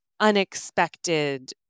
unexpected